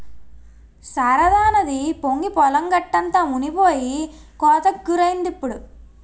శారదానది పొంగి పొలం గట్టంతా మునిపోయి కోతకి గురైందిప్పుడు